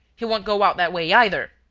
he won't go out that way either.